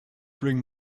bring